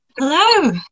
Hello